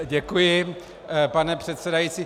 Děkuji, pane předsedající.